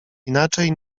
inaczej